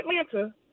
Atlanta